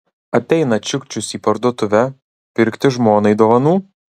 ateina čiukčius į parduotuvę pirkti žmonai dovanų